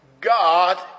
God